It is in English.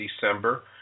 December